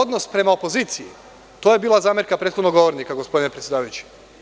Odnos prema opoziciji je bila zamerka prethodnog govornika, gospodine predsedavajući.